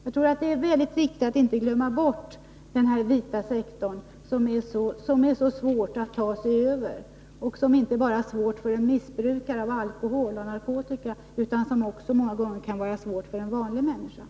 Jag tror att det är mycket viktigt att inte glömma bort denna vita sektor, som är så svår att ta sig över — inte bara för missbrukare av alkohol och narkotika utan många gånger också för vanliga människor.